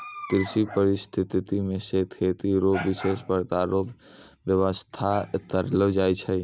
कृषि परिस्थितिकी से खेती रो विशेष प्रकार रो व्यबस्था करलो जाय छै